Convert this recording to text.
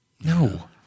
No